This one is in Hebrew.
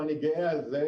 ואני גאה על זה,